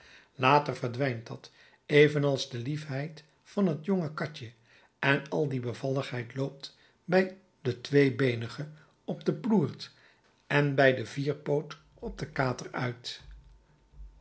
later verdwijnt dat evenals de liefheid van het jonge katje en al die bevalligheid loopt bij den tweebeenige op den ploert en bij den vierpoot op den kater uit